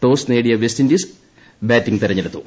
toss നേടിയ West Indies batting തെരഞ്ഞെടുത്തു